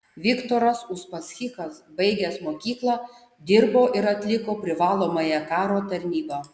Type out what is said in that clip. viktoras uspaskichas baigęs mokyklą dirbo ir atliko privalomąją karo tarnybą